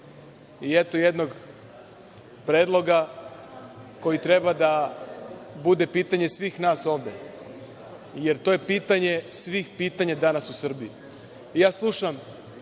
jednog predloga koji treba da bude pitanje svih nas ovde, jer to je pitanje svih pitanja danas u Srbiji. Slušam